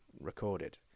recorded